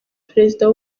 perezida